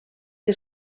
que